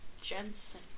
Jensen